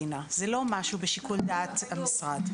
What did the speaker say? זה לא משהו בשיקול דעת המשרד.